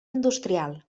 industrial